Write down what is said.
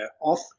off